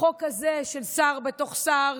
החוק הזה של שר בתוך שר,